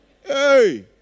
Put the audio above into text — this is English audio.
Hey